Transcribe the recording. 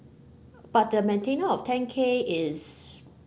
but the maintenance of ten K is